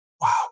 wow